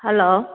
hello